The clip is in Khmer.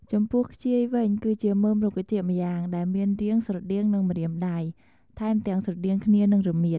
ចំពោះខ្ជាយវិញ គឺជាមើមរុក្ខជាតិម្យ៉ាងដែលមានរាងស្រដៀងនឹងម្រាមដៃ ថែមទាំងស្រដៀងគ្នានឹងរមៀត។